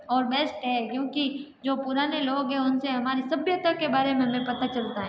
और बेस्ट है क्योंकि जो पुराने लोग हैं उनसे हमारी सभ्यता के बारे में हमें पता चलता है